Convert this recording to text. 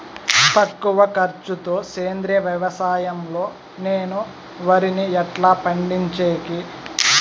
తక్కువ ఖర్చు తో సేంద్రియ వ్యవసాయం లో నేను వరిని ఎట్లా పండించేకి?